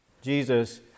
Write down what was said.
jesus